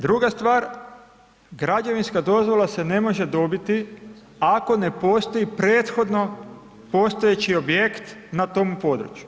Druga stvar građevinska dozvola se ne može dobiti, ako ne postoji prethodno postojeći objekt na tom području.